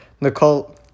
Nicole